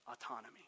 autonomy